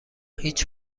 هیچ